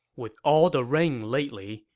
with all the rain lately,